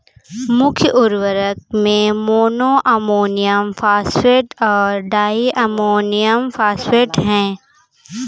मुख्य उर्वरक में मोनो अमोनियम फॉस्फेट और डाई अमोनियम फॉस्फेट हैं